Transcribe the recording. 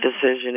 decision